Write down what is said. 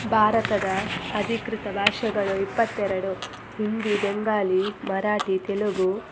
ಭಾರತದ ಅಧಿಕೃತ ಭಾಷೆಗಳು ಇಪ್ಪತ್ತೆರಡು ಹಿಂದಿ ಬೆಂಗಾಲಿ ಮರಾಠಿ ತೆಲುಗು